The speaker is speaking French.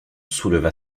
souleva